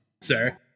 sir